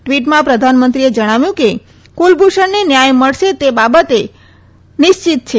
ટ્વીટમાં પ્રધાનમંત્રીએ જણાવ્યું કે કુલભૂષણને ન્યાય મળશે તે બાબતે નિશ્ચિત છે